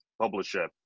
publisher